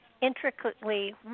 intricately